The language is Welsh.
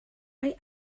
mae